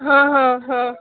ହଁ ହଁ ହଁ